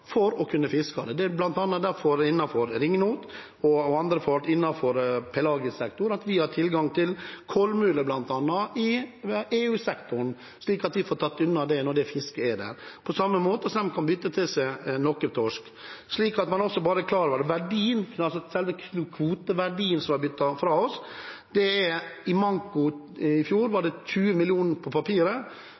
for å kunne fiske. Det er derfor vi innenfor ringnot og pelagisk sektor har tilgang til bl.a. kolmule i EU-sektoren. Da får vi tatt unna det når det fisket er der. På samme måte kan de bytte til seg noe torsk. Slik at man er klar over det: Selve kvoteverdien som ble byttet fra oss, var 20 mill. kr i manko i fjor på papiret,